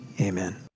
amen